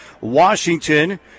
Washington